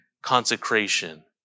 consecration